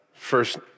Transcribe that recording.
First